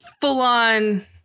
Full-on